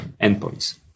endpoints